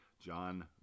John